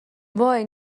وای